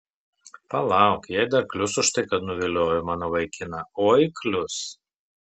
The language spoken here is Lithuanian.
palauk jai dar klius už tai kad nuviliojo mano vaikiną oi klius